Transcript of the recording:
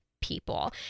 people